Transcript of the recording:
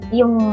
yung